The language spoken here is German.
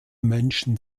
menschen